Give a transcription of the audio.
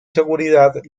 seguridad